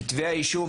כתבי האישום,